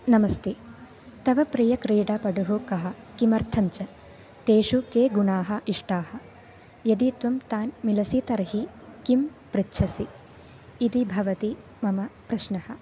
नमस्ते तव प्रियक्रीडापटुः कः किमर्थञ्च तेषु के गुणाः इष्टाः यदि त्वं तान् मिलसि तर्हि किं पृच्छसि इति भवति मम प्रश्नः